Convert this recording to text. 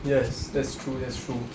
yes that's true that's true